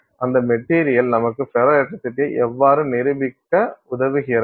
அந்த மெட்டீரியல் நமக்கு ஃபெரோ எலக்ட்ரிசிட்டியை எவ்வாறு நிரூபிக்க உதவுகிறது